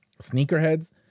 sneakerheads